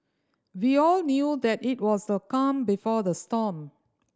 we all knew that it was the calm before the storm